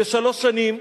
בשלוש שנים,